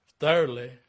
Thirdly